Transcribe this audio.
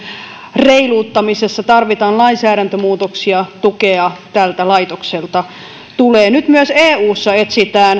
reiluuttamisessa tarvitaan lainsäädäntömuutoksia tältä laitokselta tulee tukea nyt myös eussa etsitään